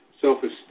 self-esteem